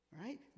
right